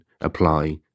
apply